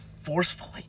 forcefully